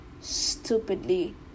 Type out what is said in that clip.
stupidly